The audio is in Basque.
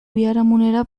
biharamunera